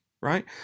right